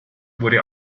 wurde